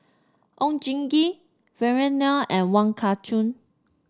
Oon Jin Gee Vikram Nair and Wong Kah Chun